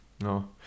No